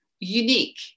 unique